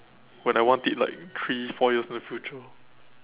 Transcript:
when I want it like in three four years in the future